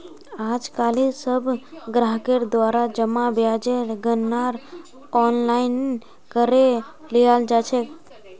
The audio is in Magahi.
आजकालित सब ग्राहकेर द्वारा जमा ब्याजेर गणनार आनलाइन करे लियाल जा छेक